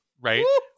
right